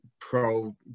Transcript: pro